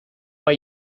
why